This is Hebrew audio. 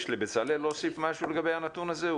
יש לבצלאל להוסיף משהו לגבי הנתון הזה?